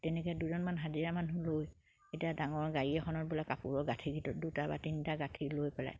তেনেকে দুজনমান হাজিৰা মানুহ লৈ এতিয়া ডাঙৰ গাড়ী এখনত বোলে কাপোৰৰ লৈ পেলাই